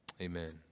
Amen